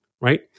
right